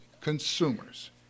consumers